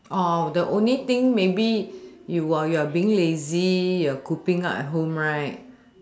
oh the only thing maybe you are you are being lazy you are cooping up at home right